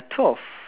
twelve